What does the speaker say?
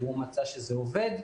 ומצא שזה עובד.